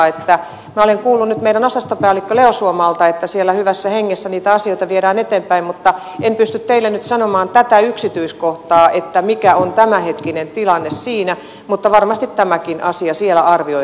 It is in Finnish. minä olen nyt kuullut meidän osastopäälliköltämme leo suomaalta että siellä hyvässä hengessä niitä asioita viedään eteenpäin mutta en pysty teille nyt sanomaan tätä yksityiskohtaa mikä on tämänhetkinen tilanne siinä mutta varmasti tämäkin asia siellä arvioidaan sitten